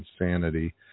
insanity